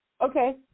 Okay